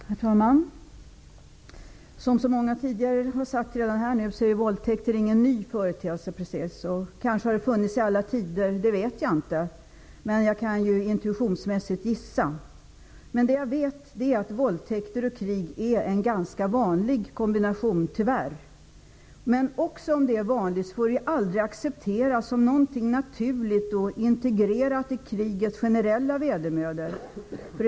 Herr talman! Som så många redan tidigare har sagt är våldtäkter inte precis någon ny företeelse. Kanske har våldtäkter förekommit i alla tider -- jag vet inte om det är så, men jag kan intuitionsmässigt gissa. Det jag vet är att våldtäkter och krig tyvärr är en ganska vanlig kombination, men även om det är vanligt får våldtäkter aldrig accepteras som något naturligt och integrerat i krigets generella vedermödor.